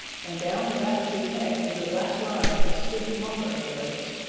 and down the back of his neck is a black line of stiff longer hairs.